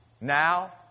now